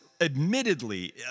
admittedly